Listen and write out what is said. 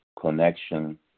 connection